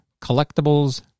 collectibles